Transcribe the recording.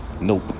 nope